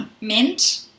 mint